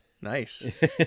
Nice